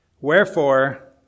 wherefore